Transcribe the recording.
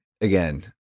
again